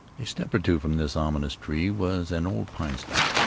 a step or two from this ominous tree was an old pine stump.